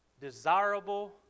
desirable